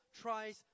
tries